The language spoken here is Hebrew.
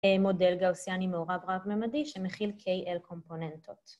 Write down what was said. ‫מודל גאוסיאני מעורב רב-ממדי ‫שמחיל KL קומפוננטות.